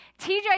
TJ